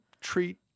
treat